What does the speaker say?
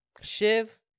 shiv